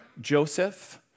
Joseph